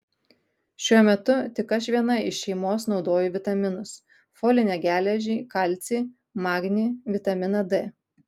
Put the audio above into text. šiuo metu tik aš viena iš šeimos naudoju vitaminus folinę geležį kalcį magnį vitaminą d